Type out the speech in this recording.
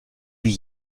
wie